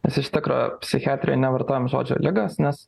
nes iš tikro psichiatrijoj nevartojam žodžio ligos nes